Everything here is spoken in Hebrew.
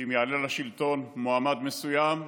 שאם יעלה לשלטון מועמד מסוים,